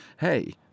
hey